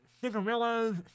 cigarillos